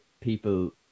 people